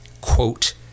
quote